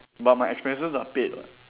but my expenses are paid [what]